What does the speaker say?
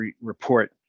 report